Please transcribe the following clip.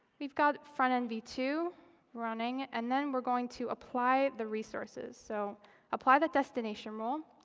we've got front end v two running, and then we're going to apply the resources. so apply the destination rule,